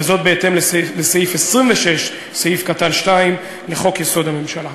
וזאת בהתאם לסעיף 26(2) לחוק-יסוד: הממשלה.